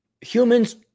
humans